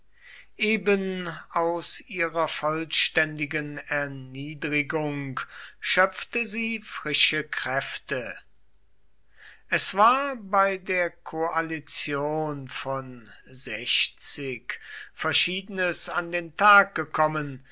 eben aus ihrer vollständigen erniedrigung schöpfte sie frische kräfte es war bei der koalition von verschiedenes an den tag gekommen